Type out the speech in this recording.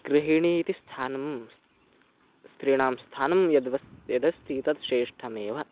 गृहिणी इति स्थानम् अस्ति स्त्रीणां स्थानं तद् अस्ति यदस्ति तद् श्रेष्ठमेव